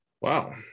wow